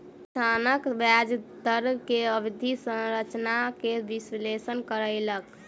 संस्थान ब्याज दर के अवधि संरचना के विश्लेषण कयलक